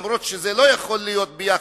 אף-על-פי שזה לא יכול להיות ביחד,